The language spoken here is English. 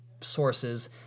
sources